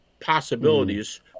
possibilities